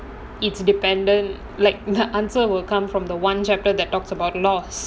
it's dependent like the answer will come from the one chapter that talks about loss